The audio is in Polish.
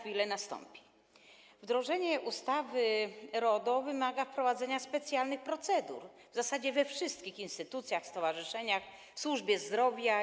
Wdrożenie ustawy RODO wymaga wprowadzenia specjalnych procedur w zasadzie we wszystkich instytucjach, stowarzyszeniach, w służbie zdrowia.